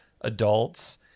adults